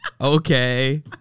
Okay